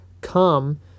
come